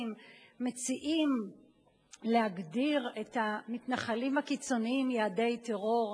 מציעים להגדיר את המתנחלים הקיצוניים יעדי טרור,